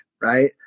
right